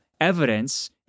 evidence